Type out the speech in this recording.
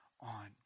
on